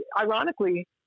ironically